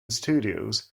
studios